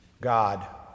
God